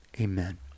amen